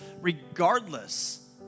regardless